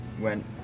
went